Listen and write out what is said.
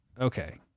okay